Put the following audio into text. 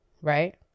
right